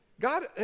God